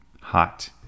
Hot